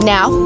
Now